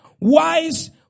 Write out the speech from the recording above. wise